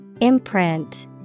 Imprint